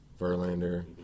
Verlander